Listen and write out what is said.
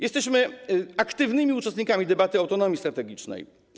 Jesteśmy aktywnymi uczestnikami debaty autonomii strategicznej.